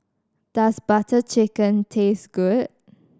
does Butter Chicken taste good